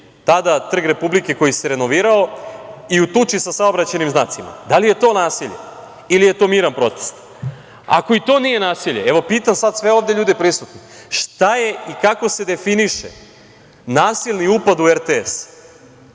tada Trg Republike koji se renovirao i u tuči sa saobraćajnim znacima da li je to nasilje ili je to miran protest? Ako i to nije nasilje, evo, pitam sada sve ovde ljude prisutne šta je i kako se definiše nasilni upad u RTS,